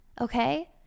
okay